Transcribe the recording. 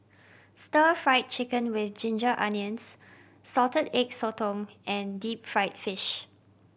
Stir Fried Chicken With Ginger Onions Salted Egg Sotong and deep fried fish